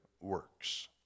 works